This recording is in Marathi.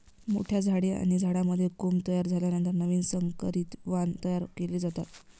मोठ्या झाडे आणि झाडांमध्ये कोंब तयार झाल्यानंतर नवीन संकरित वाण तयार केले जातात